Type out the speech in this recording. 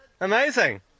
amazing